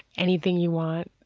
anything you want,